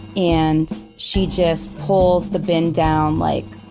and she just pulls the bin down like.